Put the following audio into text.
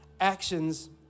actions